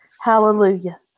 Hallelujah